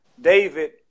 David